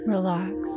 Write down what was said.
Relax